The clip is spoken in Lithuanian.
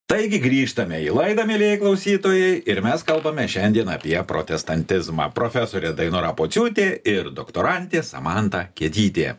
taigi grįžtame į laidą mielieji klausytojai ir mes kalbame šiandien apie protestantizmą profesorė dainora pociūtė ir doktorantė samanta kietytė